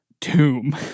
tomb